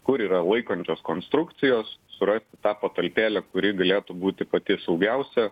kur yra laikančios konstrukcijos surasti tą patalpėlę kuri galėtų būti pati saugiausia